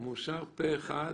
מאושר פה אחד.